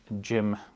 Jim